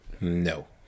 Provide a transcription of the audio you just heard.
No